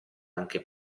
anche